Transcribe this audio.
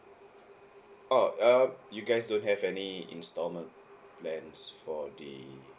orh uh you guys don't have any installment plans for the